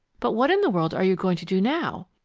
but what in the world are you going to do now?